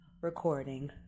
recording